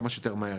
כמה שיותר מהר,